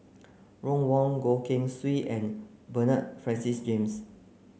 Ron Wong Goh Keng Swee and Bernard Francis James